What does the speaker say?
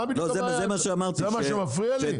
זה מה שמפריע לי?